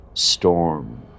Storm